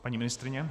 Paní ministryně?